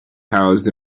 housed